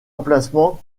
emplacement